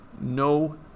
no